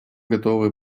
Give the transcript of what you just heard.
готовы